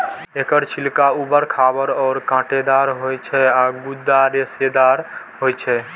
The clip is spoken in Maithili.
एकर छिलका उबर खाबड़ आ कांटेदार होइ छै आ गूदा रेशेदार होइ छै